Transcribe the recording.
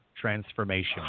transformation